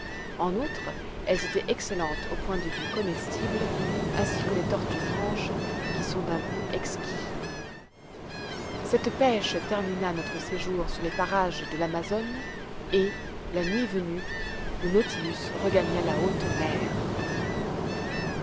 en outre elles étaient excellentes au point de vue comestible ainsi que les tortues franches qui sont d'un goût exquis cette pêche termina notre séjour sur les parages de l'amazone et la nuit venue le nautilus regagna la haute mer